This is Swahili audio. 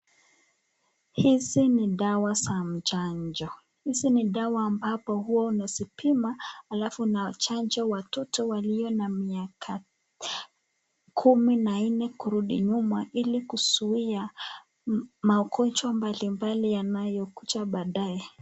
Hizi ni dawa za chanjo, hizi ni dawa ambazo unazipima, alafu unachanja watoto walio na miaka kumi na nne kurudi nyuma, ili kuzuia magonjwa mbali mbali yanayokuja baadae.